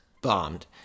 Bombed